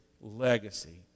legacy